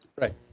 Right